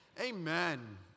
Amen